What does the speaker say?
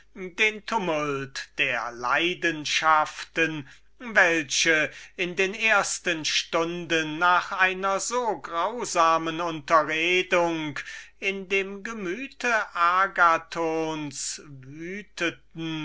den tumult der leidenschaften welche in den ersten stunden nach einer so grausamen unterredung in dem gemüte agathons wüteten